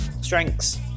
strengths